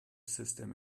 system